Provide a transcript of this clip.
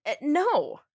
no